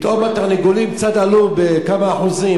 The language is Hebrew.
פתאום התרנגולים עלו קצת בכמה אחוזים,